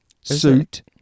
suit